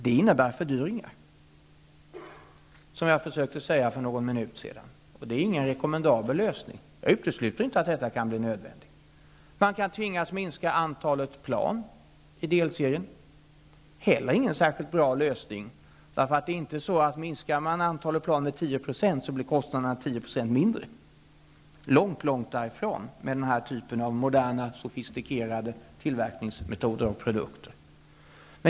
Det innebär fördyringar, som jag försökte att säga för någon minut sedan. Det är ingen rekommendabel lösning. Jag utesluter inte att detta kan bli nödvändigt. Man kan tvingas minska antalet plan i delserien. Det är inte heller någon särskilt bra lösning. Det är inte så att om man minskar antalet plan med 10 % blir kostnaderna 10 % mindre. Vi hamnar långt därifrån med denna typ av moderna sofistikerade tillverkningsmetoder och produkter.